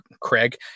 Craig